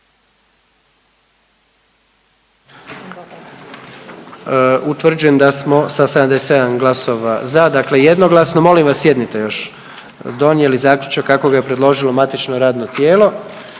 Utvrđujem da smo sa 77 glasova za Molim vas sjednite još! Donijeli zaključak kako ga je predložilo matično radno tijelo.